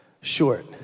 short